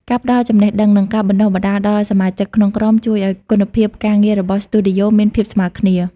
ការផ្ដល់ចំណេះដឹង និងការបណ្ដុះបណ្ដាលដល់សមាជិកក្នុងក្រុម ជួយឱ្យគុណភាពការងាររបស់ស្ទូឌីយ៉ូមានភាពស្មើគ្នា។